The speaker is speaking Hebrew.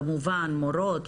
כמובן מורות,